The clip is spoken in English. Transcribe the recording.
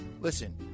Listen